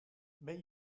ben